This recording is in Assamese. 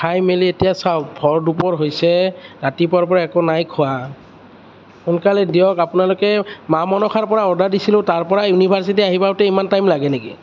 খাই মেলি এতিয়া চাওক ভৰ দুপৰ হৈছে ৰাতিপুৱাৰ পৰা একো নাই খোৱা সোনকালে দিয়ক আপোনালোকে মা মনসাৰ পৰা অৰ্ডাৰ দিছিলোঁ তাৰ পৰা ইউনিভাৰ্ছিটী আহি পাওঁতে ইমান টাইম লাগে নেকি